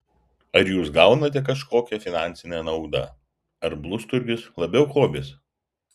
ar jūs gaunate kažkokią finansinę naudą ar blusturgis labiau hobis